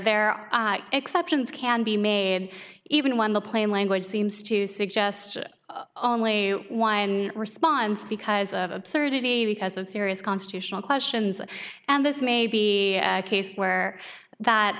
there are exceptions can be made even when the plain language seems to suggest it only one response because of absurdity because of serious constitutional questions and this may be a case where that